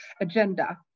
agenda